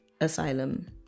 asylum